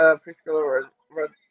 preschoolers